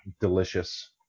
Delicious